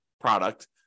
product